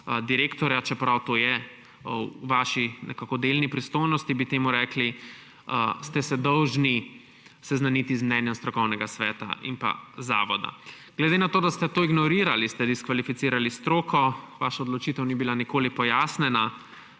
direktorja, čeprav to je v vaši delni pristojnosti, bi temu rekli, dolžni seznaniti z mnenjem strokovnega sveta in zavoda. Glede na to, da ste to ignorirali, ste diskvalificirali stroko. Vaša odločitev ni bila nikoli pojasnjena,